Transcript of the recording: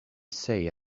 say